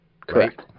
Correct